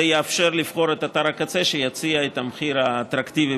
זה יאפשר לבחור את אתר הקצה שיציע את המחיר האטרקטיבי